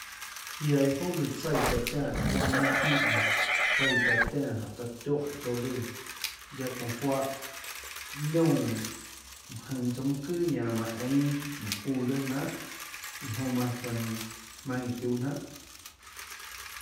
Tsaíã taã tiánã juáhã jnanà jínhã nenã tsaíã taã tiánã jáhå taã tióhå tsouã lùã guiaâ çounã juáhã liónã jønå tsouã mønâ çøà ñanã manã eínâ mùhå çuuã guionâ jnanhà iã jonã manã zønå jmaønâ iã tiuhå jnanhà.